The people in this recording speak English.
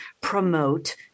promote